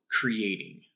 creating